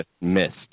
missed